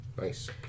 Nice